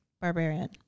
barbarian